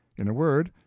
in a word,